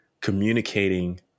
communicating